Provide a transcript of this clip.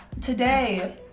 Today